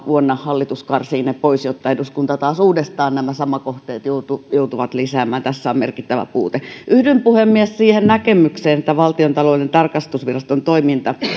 vuonna hallitus karsii ne pois ja eduskunta taas uudestaan nämä samat kohteet joutuu joutuu lisäämään tässä on merkittävä puute yhdyn puhemies siihen näkemykseen että valtiontalouden tarkastusviraston toiminta